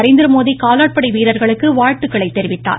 நரேந்திர மோடி காலாட்படை வீரர்களுக்கு வாழ்த்துக்களைத் தெரிவித்துள்ளார்